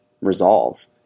resolve